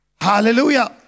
Hallelujah